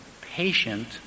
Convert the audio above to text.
patient